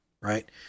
right